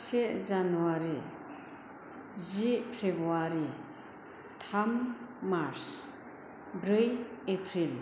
से जानुवारि जि फेब्रुवारि थाम मार्स ब्रै एप्रिल